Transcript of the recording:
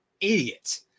idiot